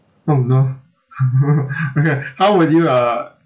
oh no okay how would you uh